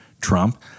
Trump